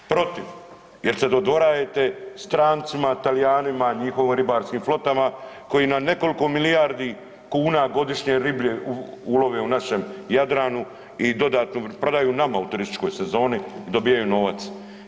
Protiv jer se dodvoravate strancima, Talijanima, njihovim ribarskim flotama koji na nekoliko milijardi kuna godišnje ribe ulove u našem Jadranu i dodatno prodaju nama u turističkoj sezoni i dobivaju novac.